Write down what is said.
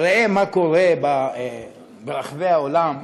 ראה מה קורה ברחבי העולם,